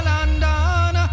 London